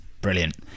Brilliant